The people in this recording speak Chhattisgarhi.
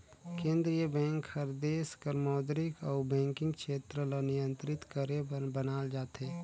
केंद्रीय बेंक हर देस कर मौद्रिक अउ बैंकिंग छेत्र ल नियंत्रित करे बर बनाल जाथे